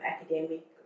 academic